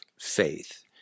faith